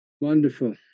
Wonderful